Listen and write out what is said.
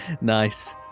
Nice